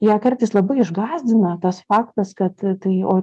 ją kartais labai išgąsdina tas faktas kad tai o